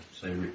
say